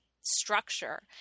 structure